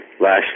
last